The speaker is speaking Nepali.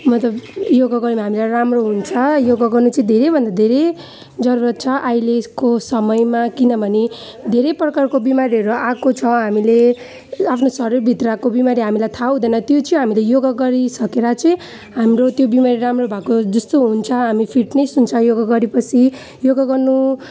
मतलब योगा गर्यो भने हामीलाई राम्रो हुन्छ योगा गर्न चाहिँ धेरैभन्दा धेरै जरुरत छ अहिले यस्तो समयमा किनभने धेरै प्रकारको बिमारीहरू आएको छ हामीले यही आफ्नो शरीरभित्रको बिमारी हामीलाई थाहा हुँदैन त्यो चाहिँ हामीले योगा गरिसकेर चाहिँ हाम्रो त्यो बिमारीहरू राम्रो भएको जस्तो हुन्छ हामी फिटनेस हुन्छ योगा गरेपछि योगा गर्नु